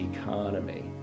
economy